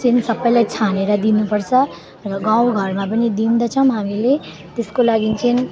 चाहिँ नि सबैलाई छानेर दिनुपर्छ र गाउँघरमा पनि दिँदछौँ हामीले त्यसको लागि चाहिँ